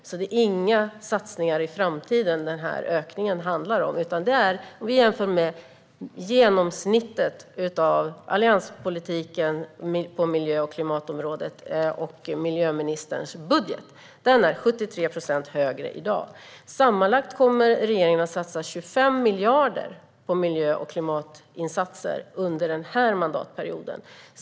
Det är alltså inga satsningar i framtiden som den här ökningen handlar om, utan ökningen ser vi om vi jämför med genomsnittet av allianspolitiken på miljö och klimatområdet och miljöministerns budget. Den är 73 procent större i dag. Sammanlagt kommer regeringen att satsa 25 miljarder på miljö och klimatinsatser under den här mandatperioden.